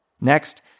Next